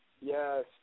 Yes